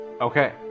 Okay